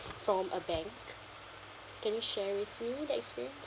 from a bank can you share with me that experience